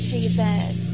Jesus